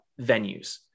venues